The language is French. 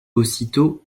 aussitôt